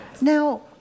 Now